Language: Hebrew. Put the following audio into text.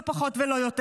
לא פחות ולא יותר.